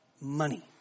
money